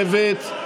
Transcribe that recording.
ההסתייגות לא התקבלה.